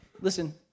Listen